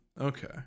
Okay